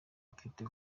mfite